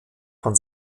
von